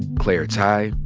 claire tighe,